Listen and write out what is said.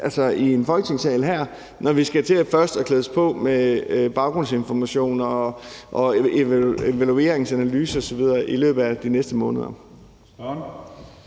noget i Folketingssalen her, når vi skal til først at klædes på med baggrundsinformationer og evalueringsanalyser i løbet af de næste måneder.